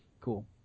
Cool